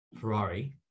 ferrari